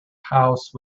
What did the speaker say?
house